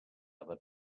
other